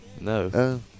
No